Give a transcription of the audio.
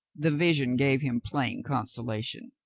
the vision gave him plain consolation.